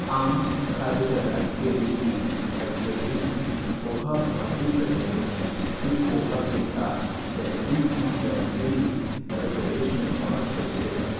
आम खाद्य पदार्थ के रूप में मध्य प्रदेश में पोहा बहुत ही प्रचलित है इस पोहा के साथ जलेबी नामक व्यंजन भी मध्य प्रदेश में बहुत प्रचलित है